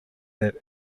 that